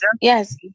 Yes